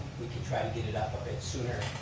we could try to get it up a bit sooner,